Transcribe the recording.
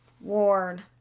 Ward